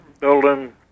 building